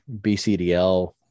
BCDL